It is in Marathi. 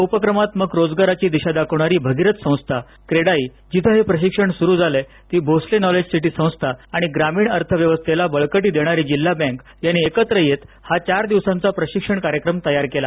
या उपक्रमात मग रोजगाराची दिशा दाखवणारी भगीरथ संस्था क्रेडाई जिथे हे प्रशिक्षण सुरु झालंय ती भोसले नॉलेज सिटी संस्था आणि ग्रामीण अर्थव्यवस्थेला बळकटी देणारी जिल्हा बँक यांनी एकत्र येत हा चार दिवसांचा हा प्रशिक्षण कार्यक्रम तयार केला